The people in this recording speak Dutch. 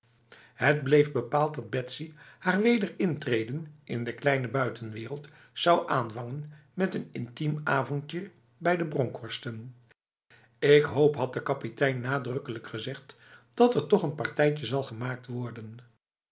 het bleef bepaald dat betsy haar weder intrede in de kleine buitenwereld zou aanvangen met een intiem avondje bij de bronkhorsten ik hoop had de kapitein nadrukkelijk gezegd dat er toch n partijtje zal gemaakt worden